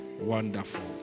Wonderful